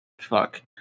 fuck